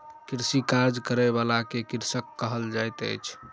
कृषिक कार्य करय बला के कृषक कहल जाइत अछि